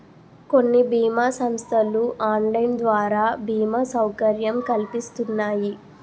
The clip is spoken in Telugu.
కొన్ని బీమా సంస్థలు ఆన్లైన్ ద్వారా బీమా సౌకర్యం కల్పిస్తున్నాయి